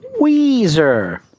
Weezer